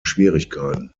schwierigkeiten